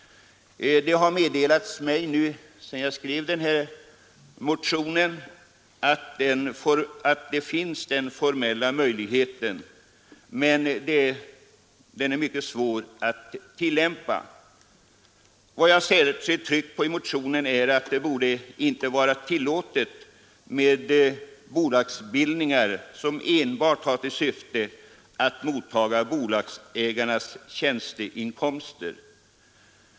Sedan jag skrev denna motion har det meddelats mig att denna formella möjlighet finns men att den är mycket svår att tillämpa. Vad jag särskilt tryckt på i motionen är att det inte borde vara tillåtet med bolagsbildningar, som enbart har till syfte att mottaga bolagsägarnas tjänsteinkomster.